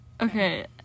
Okay